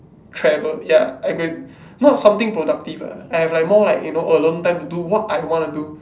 travel ya I could not something productive ah I would have more like you know alone time to do what I wanna do